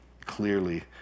clearly